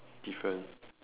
different